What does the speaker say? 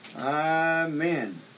Amen